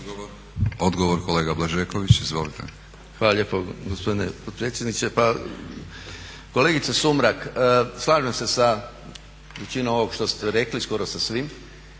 izvolite. **Blažeković, Boris (HNS)** Hvala lijepo gospodine potpredsjedniče. Pa kolegice Sumrak, slažem se sa većinom ovog što ste rekli, skoro sa svim.